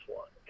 one